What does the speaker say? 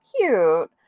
cute